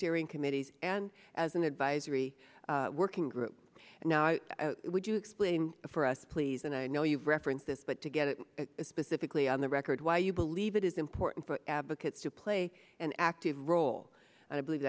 steering committees and as an advisory working group now i would you explain for us please and i know you've referenced this but to get it specifically on the record why you believe it is important for advocates to play an active role and i believe